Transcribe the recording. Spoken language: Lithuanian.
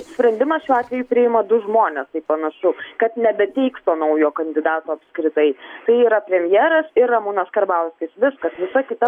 sprendimas šiuo atveju priima du žmones tai panašu kad nebeteiks to naujo kandidato apskritai tai yra premjeras ir ramūnas karbauskis viskas visa kita